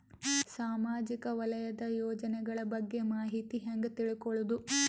ಸಾಮಾಜಿಕ ವಲಯದ ಯೋಜನೆಗಳ ಬಗ್ಗೆ ಮಾಹಿತಿ ಹ್ಯಾಂಗ ತಿಳ್ಕೊಳ್ಳುದು?